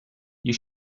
you